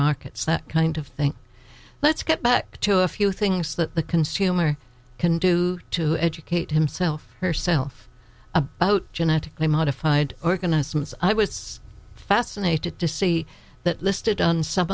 that kind of thing let's get back to a few things that the consumer can do to educate himself herself about genetically modified organisms i was fascinated to see that listed on some